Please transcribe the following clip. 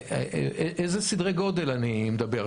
באילו סדרי גודל אני מדבר?